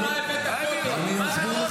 עכשיו אני אסביר לך